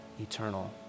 eternal